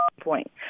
point